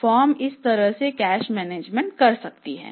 तो cash management करती हैं